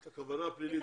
את הכוונה הפלילית,